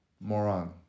moron